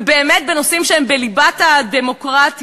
ובאמת בנושאים שהם בליבת הדמוקרטיה.